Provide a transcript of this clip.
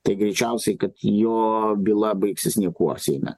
tai greičiausiai kad jo byla baigsis niekuo seime